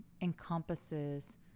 encompasses